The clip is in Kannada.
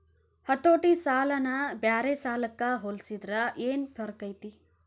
ಹತೋಟಿ ಸಾಲನ ಬ್ಯಾರೆ ಸಾಲಕ್ಕ ಹೊಲ್ಸಿದ್ರ ಯೆನ್ ಫರ್ಕೈತಿ?